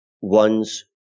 one's